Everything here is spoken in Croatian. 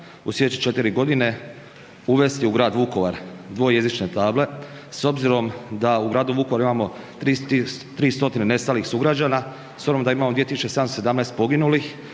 u slijedeće 4 g. uvesti u grad Vukovar dvojezične table s obzirom da u gradu Vukovaru imamo 300 nestalih sugrađana, s obzirom da imamo 2717 poginulih,